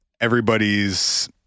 everybody's